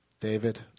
David